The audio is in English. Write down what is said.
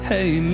Hey